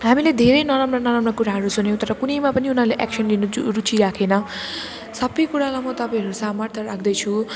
हामीले धेरै नराम्रो नराम्रो कुराहरू सुन्यौँ तर कुनैमा पनि उनीहरूले एक्सन लिनु जुन रुचि राखेन सब कुराहरू म तपाईँहरू समक्ष राख्दैछु